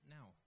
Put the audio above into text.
Now